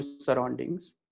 surroundings